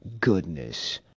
goodness